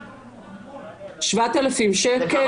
כן.